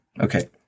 Okay